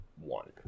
one